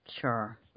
Sure